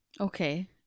Okay